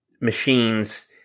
machines